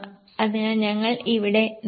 അതിനാൽ ഞങ്ങൾ ഇവിടെ നിർത്തും